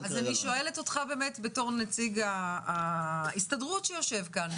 אני שואלת אותך בתור נציג ההסתדרות שיושב כאן,